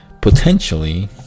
potentially